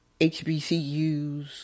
HBCUs